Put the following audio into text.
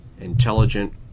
intelligent